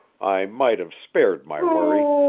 i might have spared my worry.